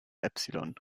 epsilon